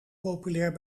populair